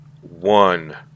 one